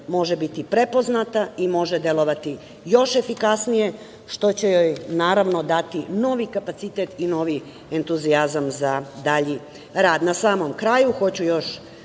može biti prepoznata i može delovati još efikasnije, što će joj naravno dati novi kapacitet i novi entuzijazam za dalji rad. Na samom kraju, hoću još